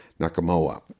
Nakamoa